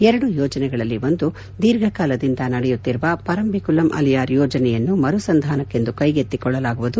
ಎರಡು ಯೋಜನೆಗಳಲ್ಲಿ ಒಂದು ದೀರ್ಘಕಾಲದಿಂದ ನಡೆಯುತ್ತಿರುವ ಪರಂಬಿಕುಲಂ ಅಲಿಯಾರ್ ಯೋಜನೆಯನ್ನು ಮರುಸಂಧಾನಕ್ಕೆಂದು ಕೈಗೆತ್ತಿಕೊಳ್ಳಲಾಗುವುದು